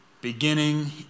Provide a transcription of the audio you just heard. beginning